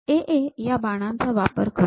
A A या बाणांचा वापर करू